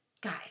guys